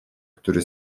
który